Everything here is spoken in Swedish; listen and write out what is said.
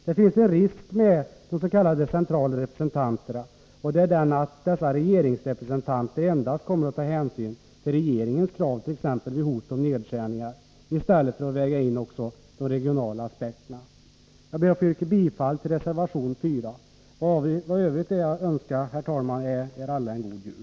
Det finns en risk med de s.k. centrala representanterna, nämligen att dessa regeringsrepresentanter endast kommer att ta hänsyn till regeringens krav, t.ex. vid hot om nedskärningar, i stället för att väga in också de regionala aspekterna. Jag ber att få yrka bifall till reservation 4. Vad övrigt är att önska, herr talman, är er alla en god jul.